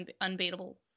unbeatable